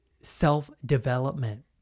self-development